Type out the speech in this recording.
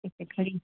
कैसे खड़ी